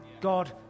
God